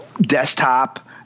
desktop